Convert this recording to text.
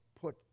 put